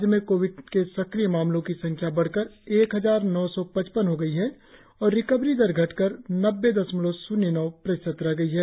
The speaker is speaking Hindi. राज्य में कोविड सक्रिय मामलों की संख्या बढ़कर एक हजार नौ सौ पचपन हो गई है और रिकवरी दर घटकर नब्बे दशमलव शून्य नौ प्रतिशत रह गई है